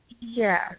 Yes